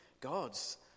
God's